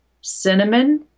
cinnamon